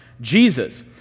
Jesus